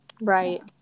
right